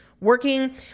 working